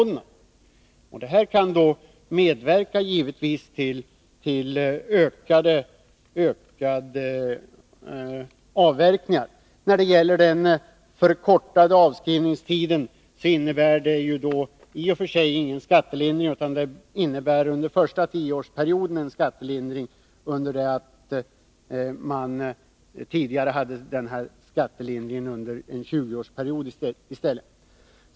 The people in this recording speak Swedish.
Detta kan givetvis medverka till ökade avverkningar. Den förkortade avskrivningstiden innebär i och för sig ingen skattelindring. Under den första tioårsperioden får man en skattelindring, under det att man tidigare fick denna under en 20-årsperiod.